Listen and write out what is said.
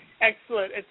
excellent